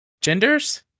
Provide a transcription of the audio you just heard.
genders